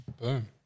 Boom